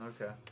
okay